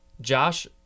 Josh